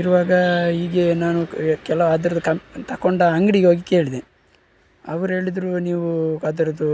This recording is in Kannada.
ಇರುವಾಗ ಹೀಗೆ ನಾನು ಕೆಲ ಅದ್ರದ್ದು ಕಮ್ ತಗೊಂಡ ಅಂಗಡಿಗೆ ಹೋಗಿ ಕೇಳಿದೆ ಅವ್ರು ಹೇಳಿದ್ರು ನೀವು ಅದ್ರದ್ದು